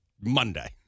Monday